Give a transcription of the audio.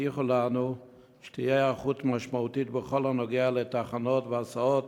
הבטיחו לנו שתהיה היערכות משמעותית בכל הנוגע לתחנות והסעות